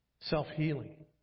self-healing